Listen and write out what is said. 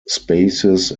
spaces